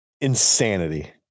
insanity